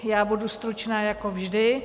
Já budu stručná jako vždy.